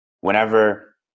whenever